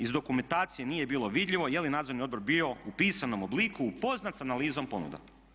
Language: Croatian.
Iz dokumentacije nije bilo vidljivo je li nadzorni odbor bio u pisanom obliku upoznat sa analizom ponuda.